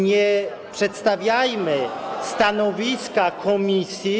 Nie przedstawiajmy stanowiska komisji.